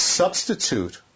substitute